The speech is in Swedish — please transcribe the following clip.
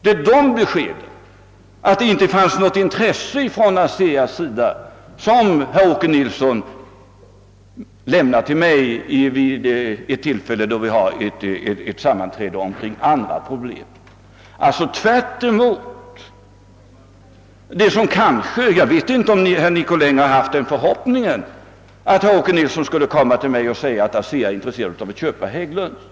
Det var detta besked om att det inte fanns något intresse att köpa från ASEA:s sida, som herr Åke Nilsson :ämmnade mig vid ett tillfälle då vi hade ett sammanträde om en del andra problem — alltså besked i rakt motsatt riktning än vad som skedde. Jag vet inte om herr Nicolin haft den förhoppningen att Åke Nilsson skulle komma till mig och säga att ASEA var intresserat av att köpa Hägglund & Söner.